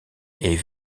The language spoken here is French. est